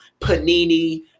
panini